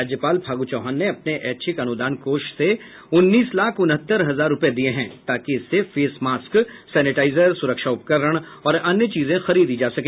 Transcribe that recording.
राज्यपाल फागू चौहान ने अपने ऐच्छिक अनुदान कोष से उन्नीस लाख उनहत्तर हजार रूपये दिये हैं ताकि इससे फेस मास्क सेनेटाइजर सुरक्षा उपकरण और अन्य चीजें खरीदी जा सके